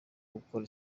gukora